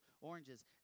oranges